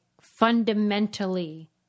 fundamentally